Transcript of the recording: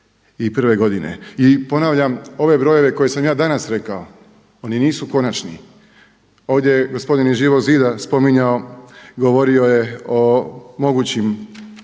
I ponavljam, ove brojeve koje sam ja danas rekao oni nisu konačni, ovdje je gospodin iz Živog zida spominjao i govorio je o mogućim